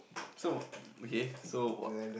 so okay so what